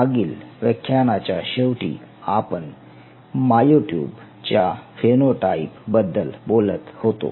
मागील व्याख्यानाच्या शेवटी आपण माअयो ट्युब च्या फेनोटाइप बद्दल बोलत होतो